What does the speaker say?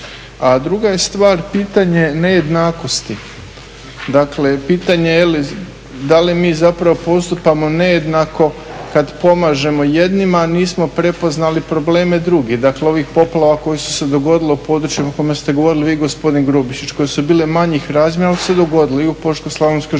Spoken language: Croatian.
A druga je stvar pitanje nejednakosti, dakle pitanje da li mi zapravo postupamo nejednako kad pomažemo jednima, a nismo prepoznali probleme drugih, dakle ovih poplava koje su se dogodile u područjima o kojima ste govorili vi i gospodin Grubišić, koje su bile manjih razmjera ali su se dogodile i u Požeško-slavonskoj županiji.